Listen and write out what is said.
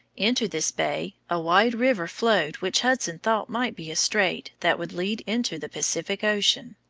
into this bay a wide river flowed which hudson thought might be a strait that would lead into the pacific ocean.